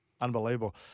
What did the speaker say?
Unbelievable